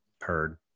heard